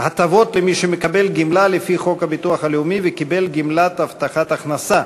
הטבות למי שמקבל גמלה לפי חוק הביטוח הלאומי וקיבל גמלת הבטחת הכנסה),